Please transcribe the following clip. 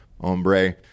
hombre